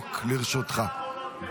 בדיוק לרשותך.